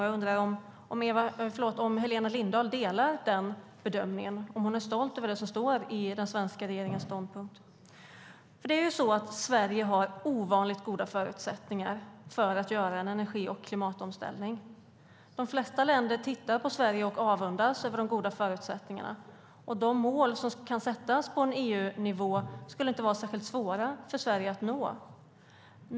Jag undrar om Helena Lindahl delar den bedömningen och om hon är stolt över det som står i den svenska regeringens ståndpunkt. Sverige har ovanligt goda förutsättningar att göra en energi och klimatomställning. De flesta länder tittar på Sverige och avundas oss de goda förutsättningarna. De mål som kan sättas på EU-nivå skulle inte vara särskilt svåra för Sverige att nå.